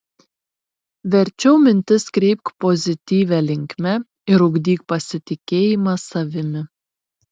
verčiau mintis kreipk pozityvia linkme ir ugdyk pasitikėjimą savimi